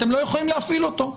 אתם לא יכולים להפעיל אותו.